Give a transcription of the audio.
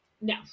no